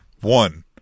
one